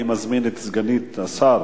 אני מזמין את סגנית השר